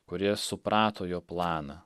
kurie suprato jo planą